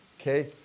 Okay